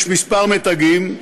יש כמה מתגים,